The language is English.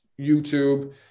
YouTube